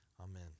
Amen